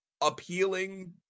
appealing